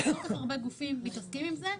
כי כל כך הרבה גופים מתעסקים עם זה,